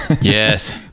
yes